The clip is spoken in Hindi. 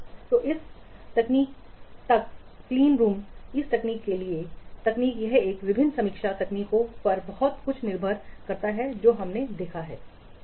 तो इस तकनीक तक cleanroom इस तकनीक है कि cleanroom तकनीक यह इन विभिन्न समीक्षा तकनीकों पर बहुत कुछ निर्भर करता है जो हमने देखा है ठीक है